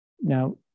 now